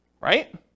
Right